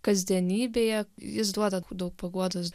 kasdienybėje jis duoda daug paguodos